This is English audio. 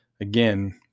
again